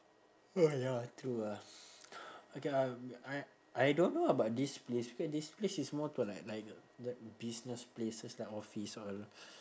oh ya true ah okay lah I I don't know about this place because this place is more to like like a like business places like office all